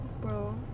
Bro